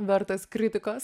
vertas kritikos